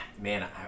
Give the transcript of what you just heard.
man